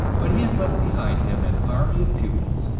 but he has left behind him an army of pupils,